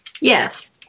Yes